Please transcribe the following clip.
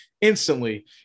instantly